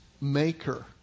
maker